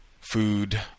food